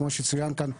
כמו שצוין כאן מקודם,